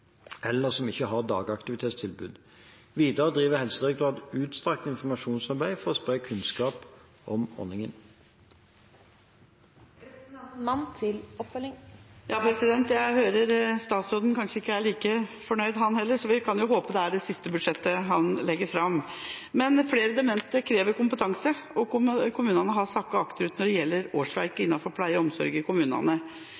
eller som ikke har dagaktivitetstilbud. Videre driver Helsedirektoratet utstrakt informasjonsarbeid for å spre kunnskap om ordningen. Jeg hører at statsråden kanskje ikke er like fornøyd han heller, så vi kan jo håpe det er det siste budsjettet han legger fram. Flere demente krever kompetanse, og kommunene har sakket akterut når det gjelder